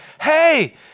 Hey